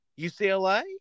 UCLA